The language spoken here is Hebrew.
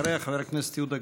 אחריה, חבר הכנסת יהודה גליק.